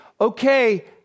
okay